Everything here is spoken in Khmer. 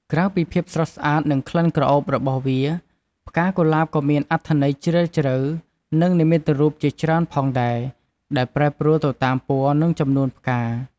ក្រៅពីភាពស្រស់ស្អាត និងក្លិនក្រអូបរបស់វា ផ្កាកុលាបក៏មានអត្ថន័យជ្រាលជ្រៅ និងនិមិត្តរូបជាច្រើនផងដែរ ដែលប្រែប្រួលទៅតាមពណ៌ និងចំនួនផ្កា។